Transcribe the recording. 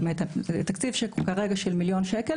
כרגע זה תקציב של מיליון שקל,